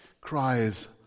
cries